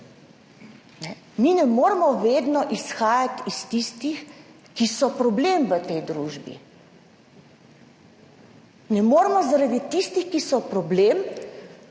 Mi ne moremo vedno izhajati iz tistih, ki so problem v tej družbi. Ne moremo zaradi tistih, ki so problem,